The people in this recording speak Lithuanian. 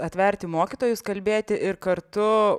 atverti mokytojus kalbėti ir kartu